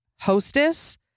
hostess